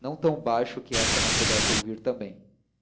não tão baixo que esta não pudesse ouvir também